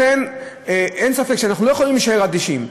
לכן אין ספק שאנחנו לא יכולים להישאר אדישים.